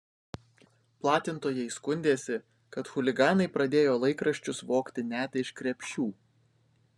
platintojai skundėsi kad chuliganai pradėjo laikraščius vogti net iš krepšių